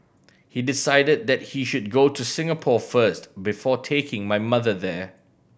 he decided that he should go to Singapore first before taking my mother there